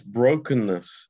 brokenness